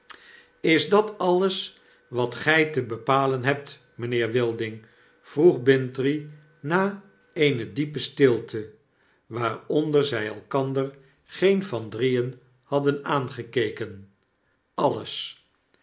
is dat alles wat gy te bepalen hebt mynheer wilding vroeg bintrey na een diepe stilte waaronder zij elkander geen van drieen hadden aangekeken aues